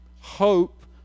hope